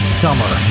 summer